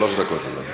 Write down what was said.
שלוש דקות, אדוני.